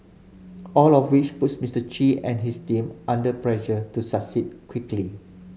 all of which puts Mister Chi and his team under pressure to succeed quickly